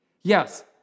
Yes